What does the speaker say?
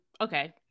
okay